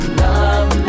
love